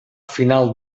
final